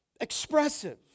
expressive